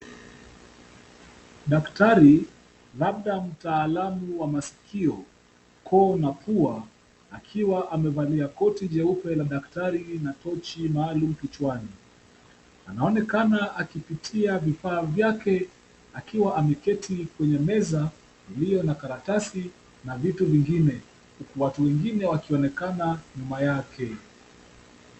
Daktari labda mtaalamu wa masikio, koo na pua akiwa amevalia koti jeupe la daktari na tochi maaalum kichwani. Anaonekana akipitia vifaa yake, akiwa ameketi kwenye meza iliyo na karatasi na vitu vingine, watu wengine wakionekana nyuma yake.